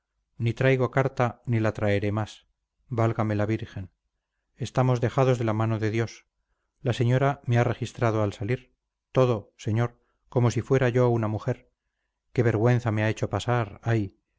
ni traigo carta ni la traeré más válgame la virgen estamos dejados de la mano de dios la señora me ha registrado al salir todo señor como si fuera yo una mujer qué vergüenza me ha hecho pasar ay